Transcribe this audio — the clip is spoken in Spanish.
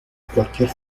cualquier